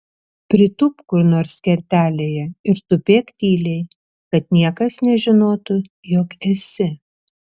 pritūpk kur nors kertelėje ir tupėk tyliai kad niekas nežinotų jog esi